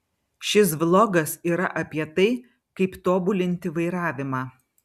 šis vlogas yra apie tai kaip tobulinti vairavimą